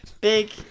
Big